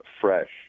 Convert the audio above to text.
fresh